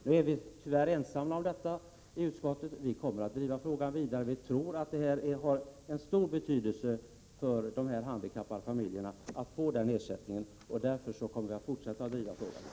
Tyvärr är vi ensamma i utskottet om detta förslag. Vi tror att det skulle ha stor betydelse för dessa handikappade familjer att få den ersättningen. Därför kommer vi att fortsätta att driva frågan.